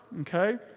okay